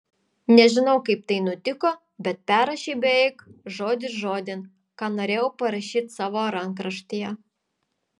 nežinau kaip tai nutiko bet perrašei beveik žodis žodin ką norėjau parašyti savo rankraštyje